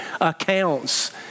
accounts